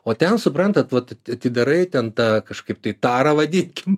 o ten suprantat vat atidarai ten tą kažkaip tai tarą vadinkim